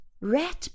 red